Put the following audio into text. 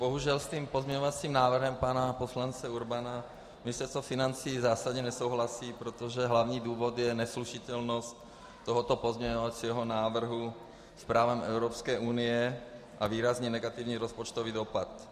Bohužel, s pozměňovacím návrhem pana poslance Urbana Ministerstvo financí bohužel zásadně nesouhlasí, protože hlavní důvod je neslučitelnost tohoto pozměňovacího návrhu s právem Evropské unie a výrazně negativní rozpočtový dopad.